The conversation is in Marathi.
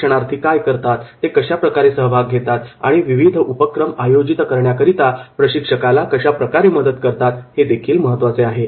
प्रशिक्षणार्थी काय करतात ते कशाप्रकारे सहभाग घेतात आणि विविध उपक्रम आयोजित करण्याकरिता प्रशिक्षकाला कशाप्रकारे मदत करतात हे देखील महत्त्वाचे आहे